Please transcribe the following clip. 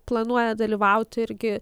planuoja dalyvauti irgi